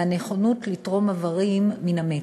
מהנכונות לתרום איברים מן המת.